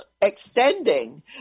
extending